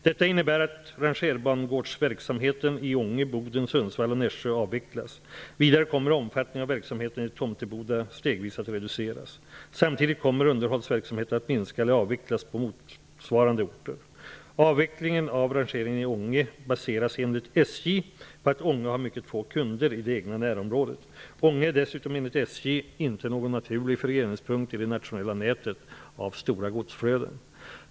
Detta innebär att rangerbangårdsverksamheten i Ånge, Boden, Sundsvall och Nässjö avvecklas. Vidare kommer omfattningen av verksamheten i Tomteboda stegvis att reduceras. Samtidigt kommer underhållsverksamheten att minska eller avvecklas på motsvarande orter. Avvecklingen av rangeringen i Ånge baseras enligt SJ på att Ånge har mycket få kunder i det egna närområdet. Ånge är dessutom enligt SJ inte någon naturlig föreningspunkt i det nationella nätet av stora godsflöden.